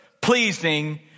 pleasing